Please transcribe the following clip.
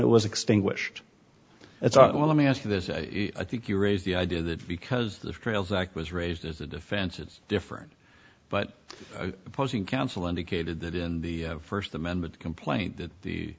it was extinguished it's on let me ask you this i think you raise the idea that because the trails act was raised as a defense it's different but opposing counsel indicated that in the first amendment complaint that the